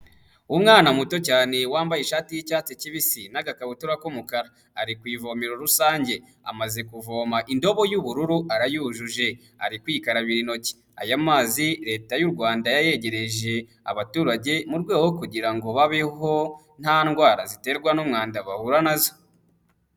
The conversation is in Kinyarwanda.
Umwana muto cyane wambaye ishati y'icyatsi kibisi n'agakabutura k'umukara, ari ku ivomero rusange, amaze kuvoma indobo y'ubururu arayujuje ari kwikarabira intoki, aya mazi Leta y'u Rwanda yayegereje abaturage, mu rwego rwo kugira ngo babeho nta ndwara ziterwa n'umwanda bahura nazo.